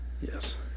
yes